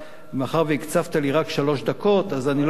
מאחר שהקצבת לי רק שלוש דקות, אז אני לא יכול,